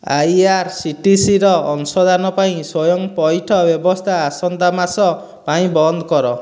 ଆଇଆର୍ସିଟିସିର ଅଂଶଦାନ ପାଇଁ ସ୍ଵୟଂ ପଇଠ ବ୍ୟବସ୍ଥା ଆସନ୍ତା ମାସ ପାଇଁ ବନ୍ଦ କର